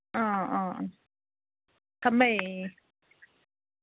ꯑꯥ ꯑꯥ ꯑꯥ ꯊꯝꯃꯦ